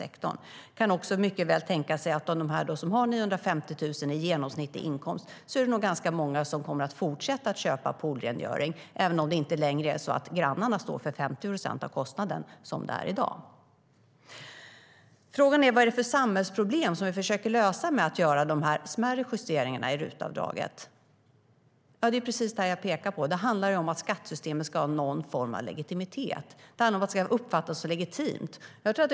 Det kan också tänkas att det bland dem som har 950 000 i genomsnittlig inkomst är många som kommer att fortsätta att köpa poolrengöring, även om det inte längre är grannarna som står för 50 procent av kostnaden, som det är i dag.Frågan är vilka samhällsproblem vi försöker lösa genom att göra de smärre justeringarna i RUT-avdraget. Det är precis vad jag pekar på, nämligen att skattesystemet ska ha någon form av legitimitet. Det ska uppfattas som legitimt.